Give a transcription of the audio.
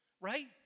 right